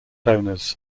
owners